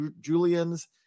Julians